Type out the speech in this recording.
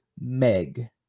Meg